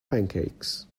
pancakes